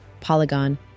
Polygon